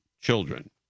children